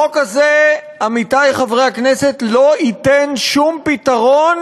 החוק הזה, עמיתי חברי הכנסת, לא ייתן שום פתרון